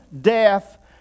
death